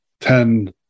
ten